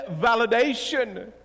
validation